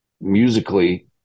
musically